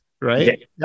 right